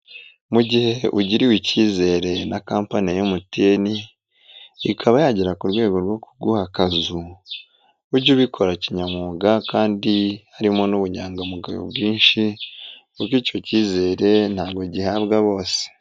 Mu gihe ugiriwe icyizere na kampani ya MTN, ikaba yagera ku rwego rwo kuguha akazu, ujye ubikora kinyamwuga kandi harimo n'ubunyangamugayo bwinshi, kuko icyo kizere ntabwo gihabwa bose.